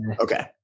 okay